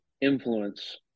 influence